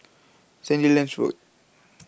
Sandilands Road